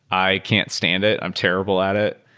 i can't stand it. i'm terrible at it.